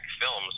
films